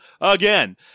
again